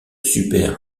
super